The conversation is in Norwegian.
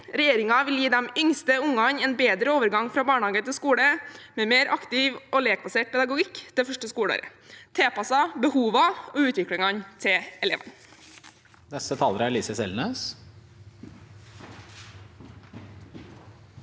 Regjeringen vil gi de yngste barna en bedre overgang fra barnehage til skole, med mer aktiv og lekbasert pedagogikk det første skoleåret, tilpasset behovene og utviklingen til elevene.